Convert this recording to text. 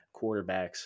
quarterbacks